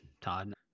Todd